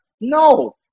No